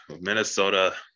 Minnesota